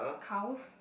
cows